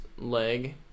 leg